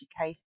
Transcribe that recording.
education